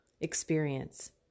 experience